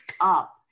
up